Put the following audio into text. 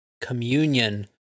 communion